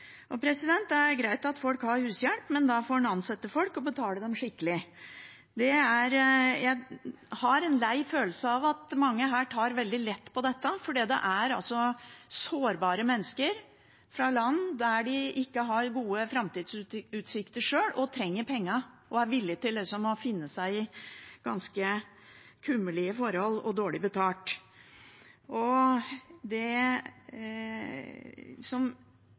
Det er greit at folk har hushjelp, men da får en ansette folk og betale dem skikkelig. Jeg har en lei følelse av at mange her tar veldig lett på dette. Dette er sårbare mennesker fra land hvor de sjøl ikke har gode framtidsutsikter, og de trenger pengene og er villig til å finne seg i ganske kummerlige forhold og få dårlig betalt. Det som viser det enda tydeligere, er